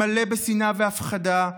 מלא בשנאה והפחדה,